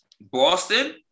Boston